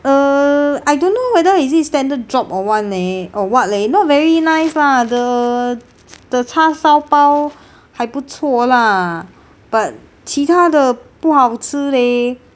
err I don't know whether is it standard drop or [one] or what leh not very nice lah the the 叉烧包还不错 lah but 其他的不好吃 leh